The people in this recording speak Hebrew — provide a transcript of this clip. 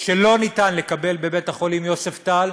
שלא ניתן לקבל בבית-החולים "יוספטל",